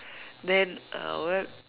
then uh what